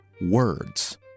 words